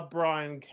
Brian